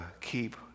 keep